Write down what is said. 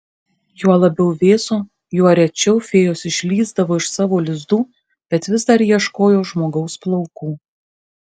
juo labiau vėso juo rečiau fėjos išlįsdavo iš savo lizdų bet vis dar ieškojo žmogaus plaukų